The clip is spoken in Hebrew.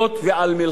ועל מלחמה.